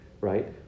right